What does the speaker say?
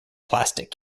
plastic